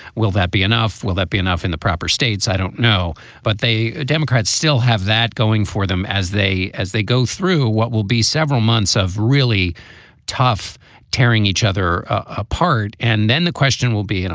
will that be enough? will that be enough in the proper states? i don't know. but they democrats still have that going for them as they as they go through what will be several months of really tough tearing each other apart. and then the question will be, oh,